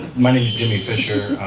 my name jimmy fisher,